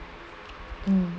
um